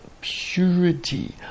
purity